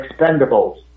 expendables